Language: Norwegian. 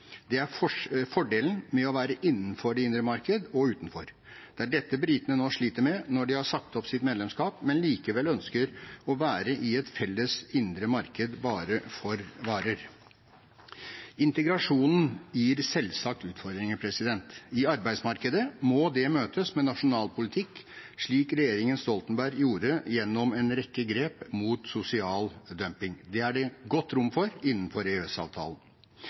gjør. Det er fordelen med å være innenfor det indre marked. Det er dette britene nå sliter med når de har sagt opp sitt medlemskap, men likevel ønsker å være med i et felles indre marked bare for varer. Integrasjonen gir selvsagt utfordringer. I arbeidsmarkedet må det møtes med nasjonal politikk, slik regjeringen Stoltenberg gjorde det gjennom en rekke grep mot sosial dumping. Det er det godt rom for innenfor